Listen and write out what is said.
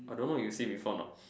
I don't know you see before or not